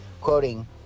quoting